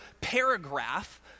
paragraph